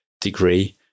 degree